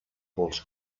vols